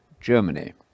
Germany